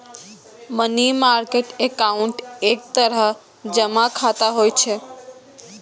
money market account एक तरह जमा खाता होइ छै